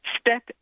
Step